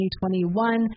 2021